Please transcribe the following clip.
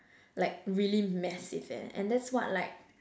like really massive leh and that's what like